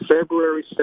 February